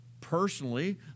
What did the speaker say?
personally